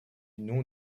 nom